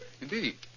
Indeed